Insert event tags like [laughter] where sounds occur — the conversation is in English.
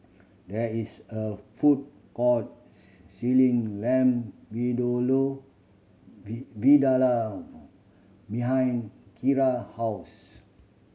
there is a food court [unintelligible] Lamb [unintelligible] Vindaloo behind Kira house